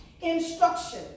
instruction